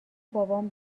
بابام